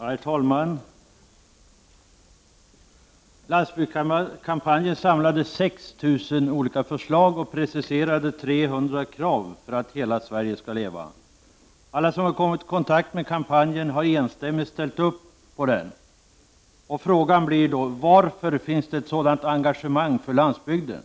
Herr talman! Landsbygdskampanjen samlade 6 000 olika förslag och preciserade 300 krav för att hela Sverige skall leva. Alla som har kommit i kontakt med kampanjen har enstämmigt ställt upp bakom den. Varför finns det ett sådant engagemang för landsbygden?